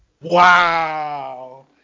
Wow